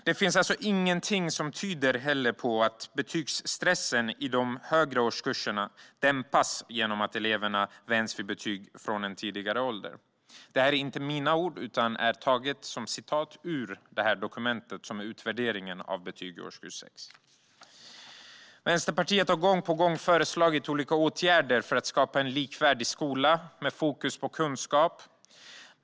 Det finns ingenting som tyder på att betygsstressen i de högre årskurserna dämpas genom att eleverna vänjs vid betyg vid en tidigare ålder. Det är inte mina ord. Det är taget ur dokumentet där betyg i årskurs 6 utvärderas. Vänsterpartiet har gång på gång föreslagit olika åtgärder för att skapa en likvärdig skola med fokus på kunskap.